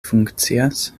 funkcias